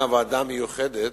מינה ועדה מיוחדת,